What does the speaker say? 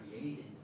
created